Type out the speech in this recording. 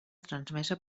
transmesa